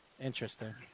Interesting